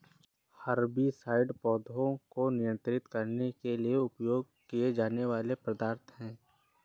herbicides पौधों को नियंत्रित करने के लिए उपयोग किए जाने वाले पदार्थ हैं